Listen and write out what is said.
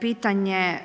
Pitanje